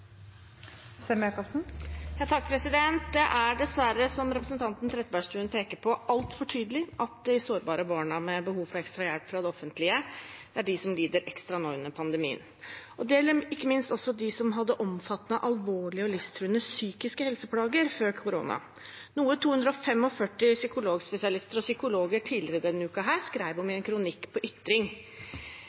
Trettebergstuen peker på, altfor tydelig at de sårbare barna med behov for ekstra hjelp fra det offentlige er de som lider ekstra nå under pandemien. Det gjelder ikke minst dem som hadde omfattende, alvorlige og livstruende psykiske helseplager før korona, noe 245 psykologspesialister og psykologer tidligere denne uken skrev om i en kronikk på NRK Ytring.